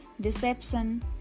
deception